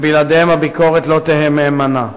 שבלעדיהם הביקורת לא תהא מהימנה.